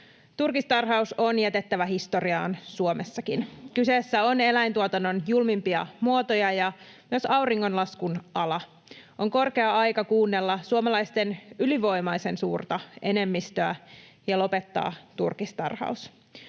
Turkistarhaus on jätettävä historiaan Suomessakin. Kyseessä on yksi eläintuotannon julmimpia muotoja ja myös auringonlaskun ala. On korkea aika kuunnella suomalaisten ylivoimaisen suurta enemmistöä ja lopettaa turkistarhaus.